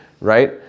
right